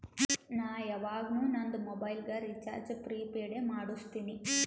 ನಾ ಯವಾಗ್ನು ನಂದ್ ಮೊಬೈಲಗ್ ರೀಚಾರ್ಜ್ ಪ್ರಿಪೇಯ್ಡ್ ಎ ಮಾಡುಸ್ತಿನಿ